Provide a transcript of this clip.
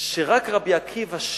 שרק רבי עקיבא,